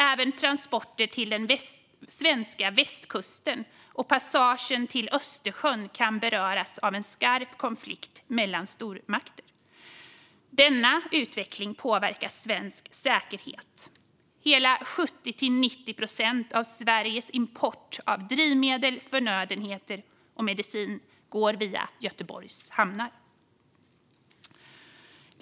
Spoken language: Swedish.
Även transporter till den svenska västkusten och passagen till Östersjön kan beröras av en skarp konflikt mellan stormakter. Denna utveckling påverkar svensk säkerhet. Hela 70-90 procent av Sveriges import av drivmedel, förnödenheter och medicin går via Göteborgs hamnar.